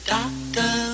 Doctor